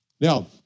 Now